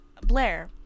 Blair